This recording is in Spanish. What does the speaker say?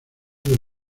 del